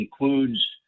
includes